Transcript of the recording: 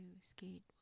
skate